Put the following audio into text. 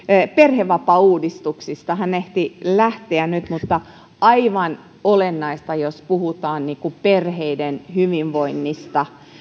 perhevapaauudistuksista hän ehti lähteä nyt mutta aivan olennaista on jos puhutaan perheiden hyvinvoinnista